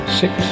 six